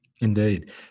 indeed